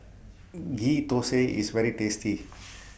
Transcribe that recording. Ghee Thosai IS very tasty